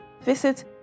visit